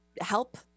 help